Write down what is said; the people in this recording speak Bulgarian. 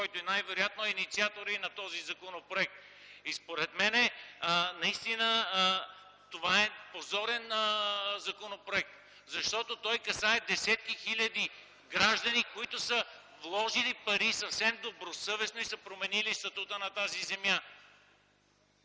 който най-вероятно е инициатор и на този законопроект. Според мен, наистина това е позорен законопроект, защото касае десетки хиляди граждани, които са вложили пари съвсем добросъвестно и са променили статута на тази земя.